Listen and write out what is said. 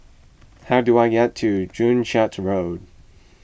how do I get to Joo Chiat Road